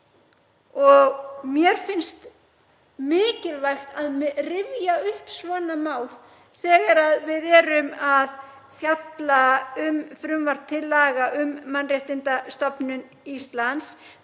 Og mér finnst mikilvægt að rifja upp svona mál þegar við erum að fjalla um frumvarp til laga um Mannréttindastofnun Íslands.